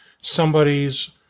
somebody's